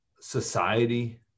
society